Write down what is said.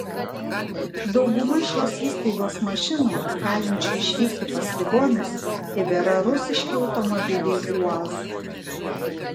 dauguma šios įstaigos mašinų galinčių išvykti pas ligonius tebėra rusiški automobiliai uaz